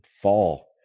fall